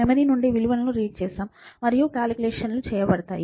memory నుండి విలువలు read చేశాం మరియు గణన లు చేయబడతాయి